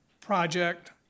Project